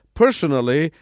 personally